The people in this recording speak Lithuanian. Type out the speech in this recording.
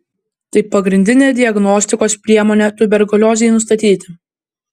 tai pagrindinė diagnostikos priemonė tuberkuliozei nustatyti